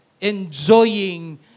enjoying